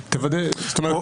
תוודא את זה?